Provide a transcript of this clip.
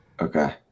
Okay